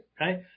Right